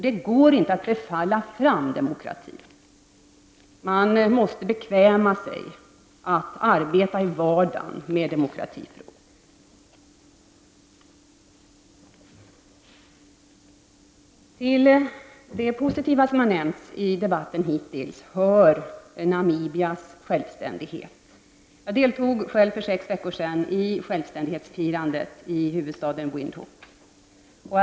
Det går inte att befalla fram demokrati. Man måste bekväma sig att arbeta i vardagen med demokratifrågorna. Till det positiva i det som hänt och som också har nämnts i denna debatt hör Namibias självständighet. Jag deltog själv för sex veckor sedan i självständighetsfirandet i huvudstaden Windhoek.